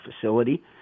facility